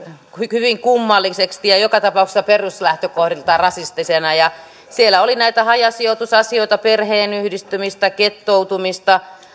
rasistiseksi ja hyvin kummalliseksi joka tapauksessa peruslähtökohdiltaan rasistiseksi siellä oli näitä hajasijoitusasioita perheenyhdistämistä ghettoutumista